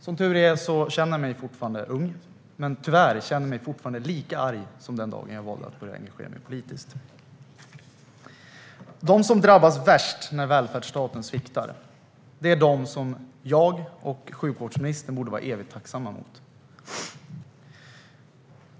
Jag känner mig lyckligtvis fortfarande ung, men tyvärr känner jag mig lika arg som den dag då jag valde att börja engagera mig politiskt. De som drabbas värst när välfärdsstaten sviktar är de som jag och sjukvårdsministern borde hysa evig tacksamhet emot.